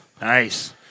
Nice